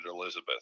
Elizabeth